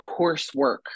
coursework